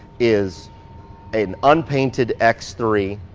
is an unpainted x three